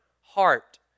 heart